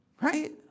right